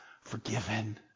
forgiven